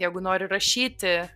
jeigu nori rašyti